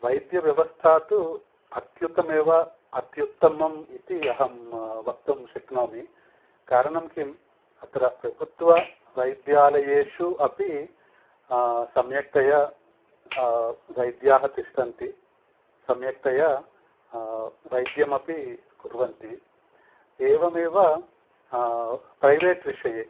वैद्यव्यवस्था तु अत्युत्तममेव अत्युत्तमम् इति अहं वक्तुं शक्नोमि कारणं किम् अत्र प्रभुत्ववैद्यालयेषु अपि सम्यक्तया वैद्याः तिष्ठन्ति सम्यक्तया वैद्यमपि कुर्वन्ति एवमेव प्रैवेट् विषये